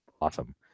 awesome